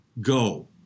Go